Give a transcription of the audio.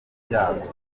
ibyago